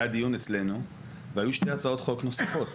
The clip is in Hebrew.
היה דיון אצלנו והיו שתי הצעות חוק נוספות.